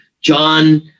John